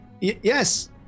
Yes